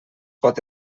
pot